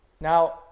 Now